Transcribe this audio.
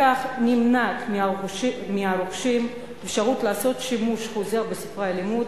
בכך נמנעות מהרוכשים האפשרות לעשות שימוש חוזר בספרי הלימוד